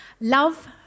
love